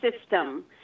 system